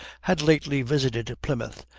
had lately visited plymouth,